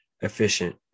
efficient